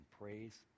praise